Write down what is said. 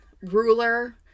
ruler